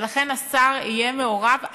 ולכן השר יהיה מעורב,